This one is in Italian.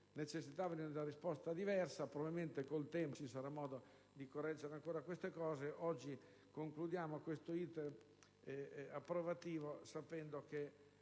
necessitavano di una risposta diversa e probabilmente con il tempo ci sarà modo di correggere ancora il testo in tal senso. Oggi concludiamo questo *iter* approvativo, sapendo che